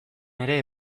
ere